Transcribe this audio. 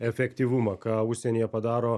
efektyvumą ką užsienyje padaro